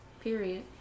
Period